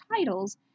titles